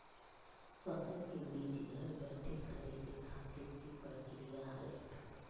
फसल के बीज घर बैठे खरीदे खातिर की प्रक्रिया हय?